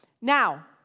Now